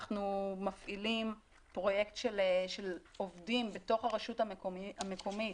אנחנו מפעילים פרויקט של עובדים בתוך הרשות המקומית,